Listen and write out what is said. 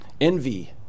Envy